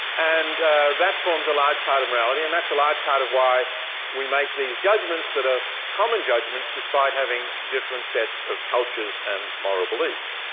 and that forms a large part of morality and that's a large part of why we make these judgments that are common judgments despite having different sets of cultures and moral beliefs.